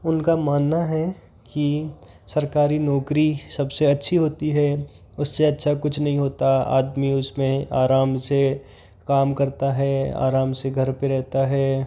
उनका मानना है कि सरकारी नौकरी सबसे अच्छी होती है उससे अच्छा कुछ नहीं होता आदमी उसमें आराम से काम करता है आराम से घर पर रहता है